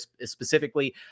specifically